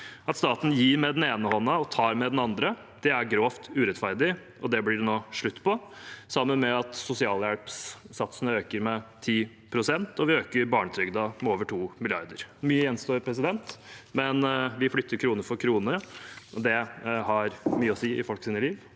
At staten gir med den ene hånden og tar med den andre, er grovt urettferdig, og det blir det nå slutt på, sammen med at sosialhjelpssatsene øker med 10 pst., og at vi øker barnetrygden med over to milliarder. Mye gjenstår, men vi flytter krone for krone. Det har mye å si i folks liv.